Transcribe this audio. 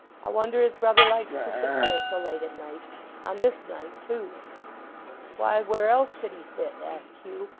i wonder his brother likes to sit there, so late at night on this night too why, where else should he sit asked hugh,